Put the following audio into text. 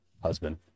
husband